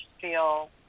feel